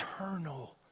eternal